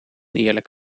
eerlijk